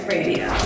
Radio